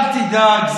אל תדאג,